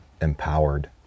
empowered